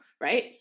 Right